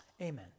Amen